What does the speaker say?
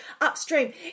upstream